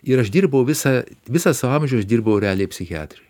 ir aš dirbau visą visą savo amžių aš dirbau realiai psichiatrijoj